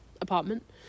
apartment